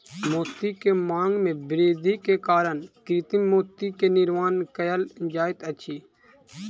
मोती के मांग में वृद्धि के कारण कृत्रिम मोती के निर्माण कयल जाइत अछि